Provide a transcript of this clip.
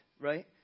right